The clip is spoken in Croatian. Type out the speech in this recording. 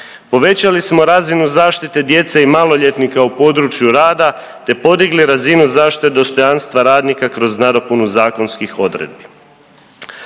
Povećali smo razinu zaštite djece i maloljetnika u području rada te podigli razinu zaštite dostojanstva radnika kroz nadopunu zakonskih odredbi.